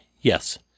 Yes